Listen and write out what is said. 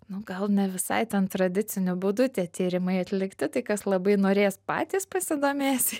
nu gal ne visai ten tradiciniu būdu tie tyrimai atlikti tai kas labai norės patys pasidomės